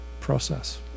process